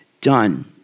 done